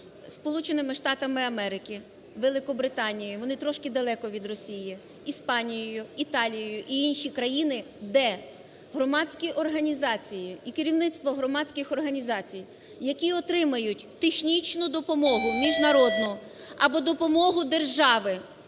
Сполученими Штатами Америки, Великобританією, вони трошки далеко від Росії, Іспанією, Італією і інші країни, де громадські організації і керівництво громадських організацій, які отримують технічну допомогу, міжнародну або допомогу держави